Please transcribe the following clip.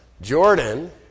Jordan